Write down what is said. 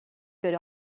good